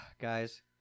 guys